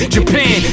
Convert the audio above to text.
Japan